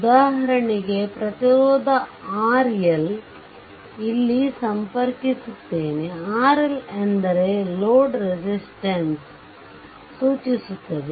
ಉದಾಹರಣೆಗೆ ಪ್ರತಿರೋಧ RL ಅನ್ನು ಇಲ್ಲಿ ಸಂಪರ್ಕಿಸುತ್ತೇನೆ RL ಎಂದರೆ ಲೋಡ್ ರೆಸಿಸ್ಟೆಂಸ್ಸೂಚಿಸುತ್ತದೆ